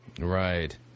Right